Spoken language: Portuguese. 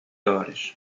horas